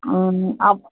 অঁ আপ